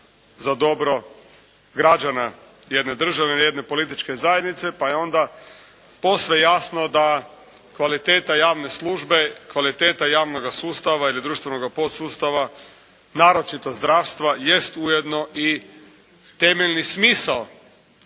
za dobro građana jedne države, jedne političke zajednice pa je onda posve jasno da kvaliteta javne službe, kvaliteta javnoga sustav ili društvenoga podsustava, naročito zdravstva jest ujedno i temeljni smisao